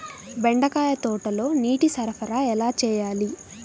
బెండకాయ తోటలో నీటి సరఫరా ఎలా చేయాలి?